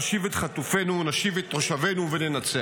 נשיב את חטופינו, נשיב את תושבינו וננצח.